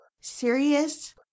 serious